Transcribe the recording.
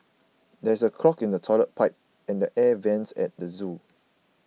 there is a clog in the Toilet Pipe and the Air Vents at the zoo